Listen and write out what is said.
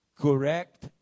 Correct